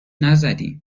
نزدیم